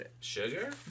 Sugar